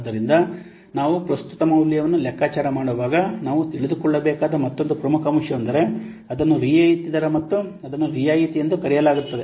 ಆದ್ದರಿಂದ ನಾವು ಪ್ರಸ್ತುತ ಮೌಲ್ಯವನ್ನು ಲೆಕ್ಕಾಚಾರ ಮಾಡುವಾಗ ನಾವು ತಿಳಿದುಕೊಳ್ಳಬೇಕಾದ ಮತ್ತೊಂದು ಪ್ರಮುಖ ಅಂಶವೆಂದರೆ ಅದನ್ನು ರಿಯಾಯಿತಿ ದರ ಮತ್ತು ಅದನ್ನು ರಿಯಾಯಿತಿ ಎಂದು ಕರೆಯಲಾಗುತ್ತದೆ